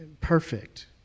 perfect